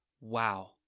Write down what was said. wow